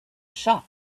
shop